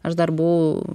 aš dar buvau